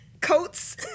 Coats